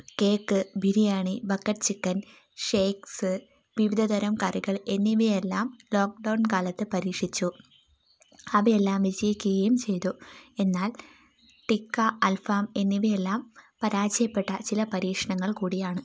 cake biryani bucket chicken shakes വിധതരം കറികൾ എന്നിവയെല്ലാം ലോക്ക്ഡൗൺ കാലത്ത് പരീക്ഷിച്ചു അവയെല്ലാം വിജയിക്കുകയും ചെയ്തു എന്നാൽ ടിക്ക അൽഫാം എന്നിവയെല്ലാം പരാജയപ്പെട്ട ചില പരീക്ഷണങ്ങൾ കൂടിയാണ്